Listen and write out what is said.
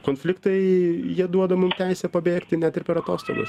konfliktai jie duoda mum teisę pabėgti net ir per atostogas